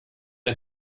ein